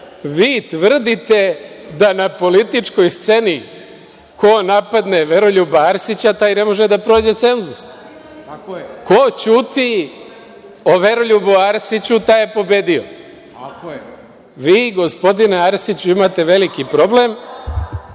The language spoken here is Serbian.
vi tvrdite da na političkoj sceni ko napadne Veroljuba Arsića taj ne može da prođe cenzus. Ko ćuti o Veroljubu Arsiću, taj je pobedio. Vi, gospodine Arsiću, imate veliki problem